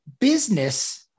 business